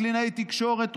קלינאי תקשורת,